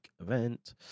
event